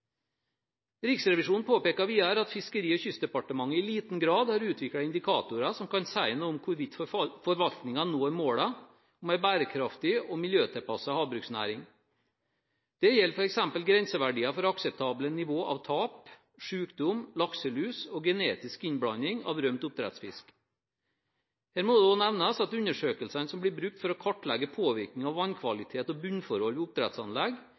Riksrevisjonen påpeker videre at Fiskeri- og kystdepartementet i liten grad har utviklet indikatorer som kan si noe om hvorvidt forvaltningen når målene om en bærekraftig og miljøtilpasset havbruksnæring. Det gjelder f.eks. grenseverdier for akseptable nivåer av tap, sykdom, lakselus og genetisk innblanding av rømt oppdrettsfisk. Her må det også nevnes at undersøkelsene som blir brukt for å kartlegge påvirkning av vannkvalitet og bunnforhold ved oppdrettsanlegg,